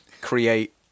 create